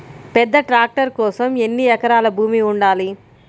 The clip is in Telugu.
పెద్ద ట్రాక్టర్ కోసం ఎన్ని ఎకరాల భూమి ఉండాలి?